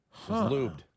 Lubed